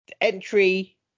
Entry